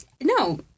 no